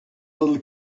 little